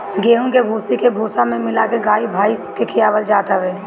गेंहू के भूसी के भूसा में मिला के गाई भाईस के खियावल जात हवे